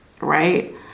right